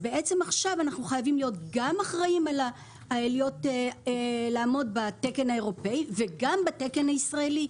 למעשה עכשיו אנחנו חייבים גם לעמוד בתקן האירופי וגם בתקן הישראלי.